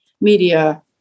media